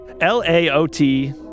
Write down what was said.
L-A-O-T